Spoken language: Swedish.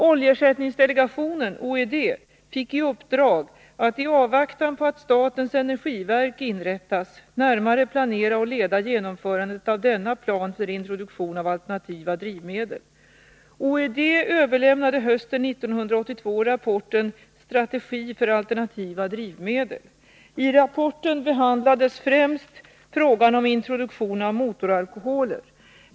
Oljeersättningsdelegationen fick i uppdrag att, i avvaktan på att statens energiverk inrättas, närmare planera och leda genomförandet av denna plan för introduktion av alternativa drivmedel. OED överlämnade hösten 1982 rapporten Strategi för alternativa drivmedel. I rapporten behandlades främst frågan om introduktion av motoralkoholer.